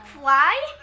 Fly